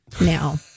Now